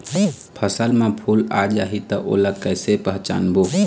फसल म फूल आ जाही त ओला कइसे पहचानबो?